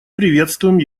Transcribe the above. приветствуем